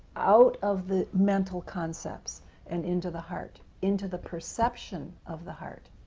out of the mental concepts and into the heart, into the perception of the heart.